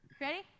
Ready